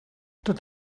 tot